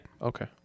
Okay